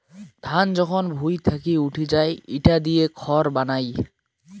ধান যখন ভুঁই থাকি উঠি যাই ইটা দিয়ে খড় বানায়